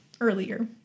Earlier